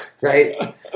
right